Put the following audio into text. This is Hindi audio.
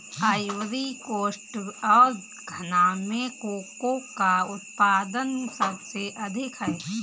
आइवरी कोस्ट और घना में कोको का उत्पादन सबसे अधिक है